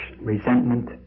resentment